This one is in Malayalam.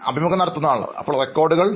അഭിമുഖം നടത്തുന്നയാൾ അപ്പോൾ റെക്കോർഡുകൾ